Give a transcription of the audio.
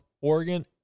Oregon